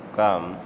come